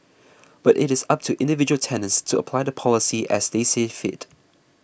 but it is up to individual tenants to apply the policy as they see fit